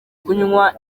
kunywa